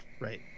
Right